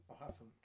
Awesome